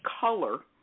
color